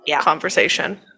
conversation